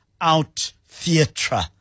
out-theatre